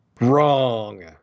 Wrong